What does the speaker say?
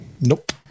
Nope